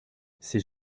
c’est